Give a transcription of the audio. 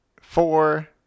four